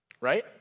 Right